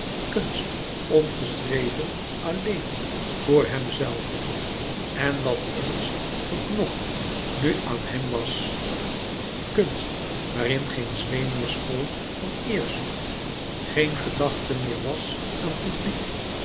kunst ongeschreven alleen voor hemzelven en wat innigst verknocht nu aan hem was kunst waarin geen zweem meer school van eerzucht geen gedachte meer was aan publiek